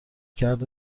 کرد